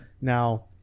Now